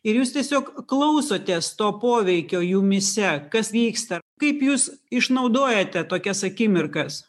ir jūs tiesiog klausotės to poveikio jumyse kas vyksta kaip jūs išnaudojate tokias akimirkas